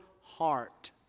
heart